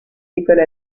décolle